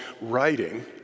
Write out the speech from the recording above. writing